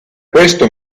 questo